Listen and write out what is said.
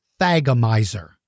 thagomizer